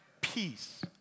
Peace